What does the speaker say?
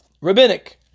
rabbinic